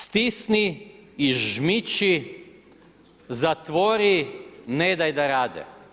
Stisni i žmiči zatvori, nedaj da rade.